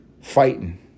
Fighting